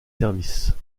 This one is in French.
services